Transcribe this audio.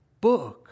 book